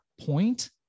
point